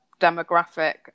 demographic